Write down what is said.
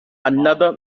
another